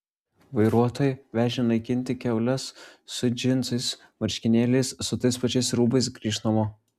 vairuotojai vežę naikinti kiaules su džinsais marškinėliais su tais pačiais rūbais grįš namo